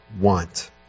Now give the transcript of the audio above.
want